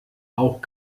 auch